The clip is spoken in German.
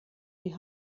die